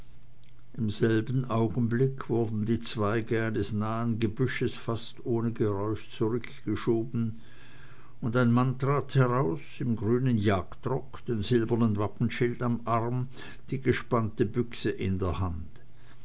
in demselben augenblicke wurden die zweige eines nahen gebüsches fast ohne geräusch zurückgeschoben und ein mann trat heraus im grünen jagdrock den silbernen wappenschild am arm die gespannte büchse in der hand